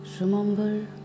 remember